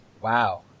Wow